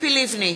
ציפי לבני,